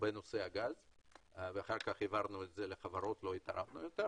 בנושא הגז ואחר כך העברנו את זה לחברות ולא התערבנו יותר,